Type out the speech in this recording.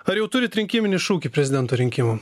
ar jau turite rinkiminį šūkį prezidento rinkimam